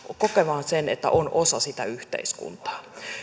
kokemaan sen että on osa sitä yhteiskuntaa